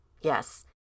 Yes